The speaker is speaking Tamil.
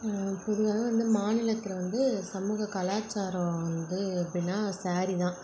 பொதுவாகவே வந்து மாநிலத்தில் வந்து சமூக கலாச்சாரம் வந்து எப்படின்னா ஸேரி தான்